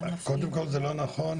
קודם כל זה לא נכון,